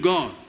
God